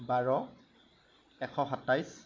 বাৰ এশ সাতাইছ